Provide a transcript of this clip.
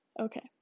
okay